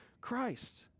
Christ